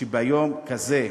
שביום כזה,